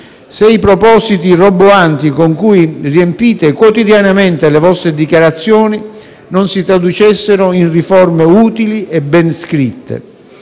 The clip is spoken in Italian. se i propositi roboanti con cui riempite quotidianamente le vostre dichiarazioni non si traducessero in riforme utili e ben scritte.